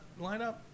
lineup